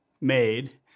made